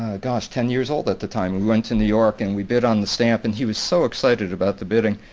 gosh ten years old at the time. we went to new york and we bid on the stamp and he was so excited about the bidding.